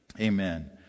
Amen